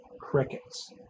crickets